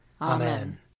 Amen